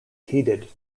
heated